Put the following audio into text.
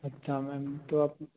अच्छा मैम तो आप